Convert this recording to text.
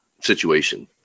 situation